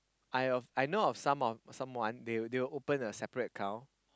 I of I know of some of someone they will they will open a separate account